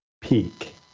peak